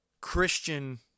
Christian